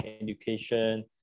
education